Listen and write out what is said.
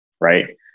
Right